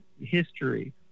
history